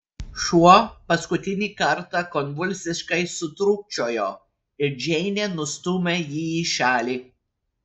šuo paskutinį kartą konvulsiškai sutrūkčiojo ir džeinė nustūmė jį į šalį